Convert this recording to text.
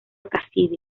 cassidy